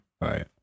right